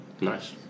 Nice